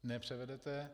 Nepřevedete.